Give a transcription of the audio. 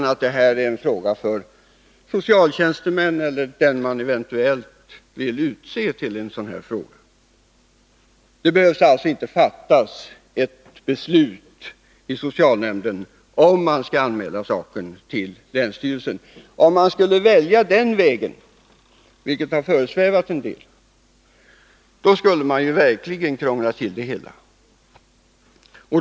I stället är det en fråga för socialtjänstemän eller för någon annan person som eventuellt utses att handlägga frågan. Det är alltså inte nödvändigt att fatta ett beslut i socialnämnden om man skall anmäla saken till länsstyrelsen. Om man skulle välja den vägen — vilket har föresvävat en del — skulle man verkligen krångla till det hela.